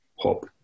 hop